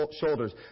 shoulders